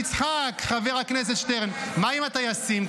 תצחק, חבר הכנסת שטרן, מה עם הטייסים?